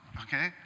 okay